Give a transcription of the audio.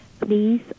please